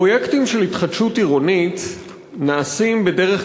פרויקטים של התחדשות עירונית נעשים בדרך